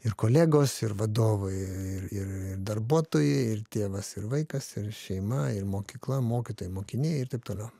ir kolegos ir vadovai ir ir ir darbuotojai ir tėvas ir vaikas ir šeima ir mokykla mokytojai mokiniai ir taip toliau